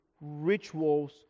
rituals